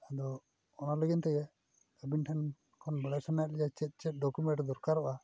ᱟᱫᱚ ᱚᱱᱟ ᱞᱟᱹᱜᱤᱫ ᱛᱮ ᱟᱹᱵᱤᱱ ᱴᱷᱮᱱ ᱠᱷᱚᱱ ᱵᱟᱲᱟᱭ ᱥᱟᱱᱟᱭᱮᱫ ᱞᱤᱧᱟ ᱪᱮᱫ ᱪᱮᱫ ᱰᱚᱠᱳᱢᱮᱱᱴᱥ ᱫᱚᱨᱠᱟᱨᱚᱜᱼᱟ